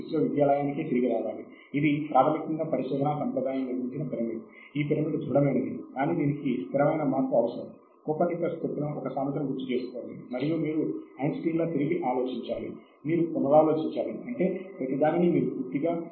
తదుపరి చివరగా ఒక పరిశోధనా పత్రాన్ని వ్రాయడానికి ఉపయోగించగల పద్ధతిలో దానిని సేకరించి ఎలా నిల్వ చేయాలి అన్న విషయాలు చూద్దాము